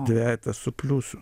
dvejetas su pliusu